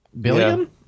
billion